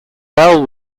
bell